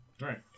Right